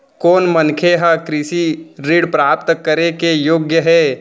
कोन मनखे ह कृषि ऋण प्राप्त करे के योग्य हे?